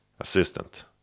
assistant